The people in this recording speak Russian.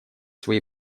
свои